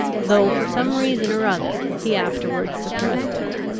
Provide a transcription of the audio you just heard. though, for some reason or other, he afterwards suppressed it.